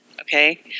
Okay